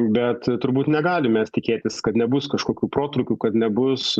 bet turbūt negalim mes tikėtis kad nebus kažkokių protrūkių kad nebus